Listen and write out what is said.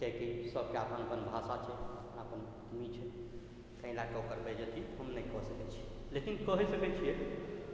कियाकि सबके अपन अपन भाषा छै अपन अपन भूमि छै एहि लऽ कऽ ओकर बेइज्जती हम नहि कऽ सकै छी लेकिन कहि सकै छिए